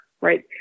right